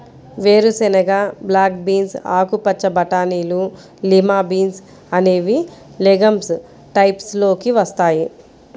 వేరుశెనగ, black beans, ఆకుపచ్చ బటానీలు, లిమా బీన్స్ అనేవి లెగమ్స్ టైప్స్ లోకి వస్తాయి